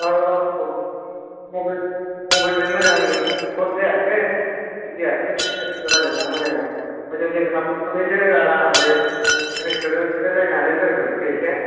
औ औ मबेलजों मबेलजों मोजां गद जायालै थिग जाया फेस तु फेस रालायनाया मोजां जागोन हजों जों खाबनै खाबनैसो आरामसो रेस्टुरेन्टआव जिरायलायनानै लोंग्रोनोसै एसे